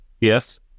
Yes